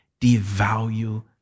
devalue